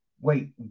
wait